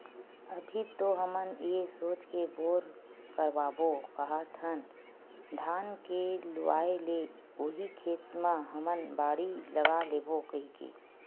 अभी तो हमन ये सोच के बोर करवाबो काहत हन धान के लुवाय ले उही खेत म हमन बाड़ी लगा लेबो कहिके